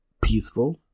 peaceful